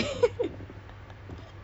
country